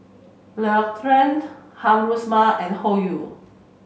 L'Occitane Haruma and Hoyu